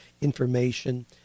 information